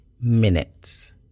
minutes